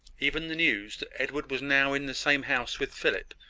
even the news that edward was now in the same house with philip,